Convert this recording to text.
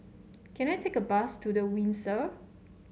can I take a bus to The Windsor